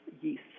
yeast